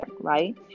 right